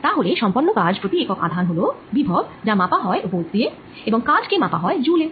তাহলে সম্পন্ন কাজ প্রতি একক আধান হল বিভব যা মাপা হয় ভোল্ট দিয়ে এবং কাজ কে মাপা হয় জ্যুল এ